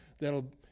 that'll